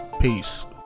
Peace